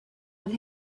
with